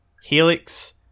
Helix